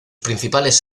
principales